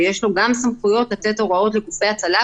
ויש לה גם סמכויות לתת הוראות לגופי הצלה,